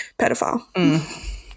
pedophile